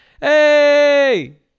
Hey